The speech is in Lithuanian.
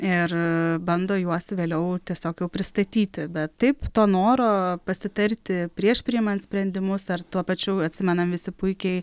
ir bando juos vėliau tiesiog jau pristatyti bet taip to noro pasitarti prieš priimant sprendimus ar tuo pačiu atsimenam visi puikiai